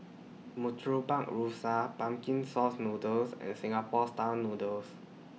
Murtabak Rusa Pumpkin Sauce Noodles and Singapore Style Noodles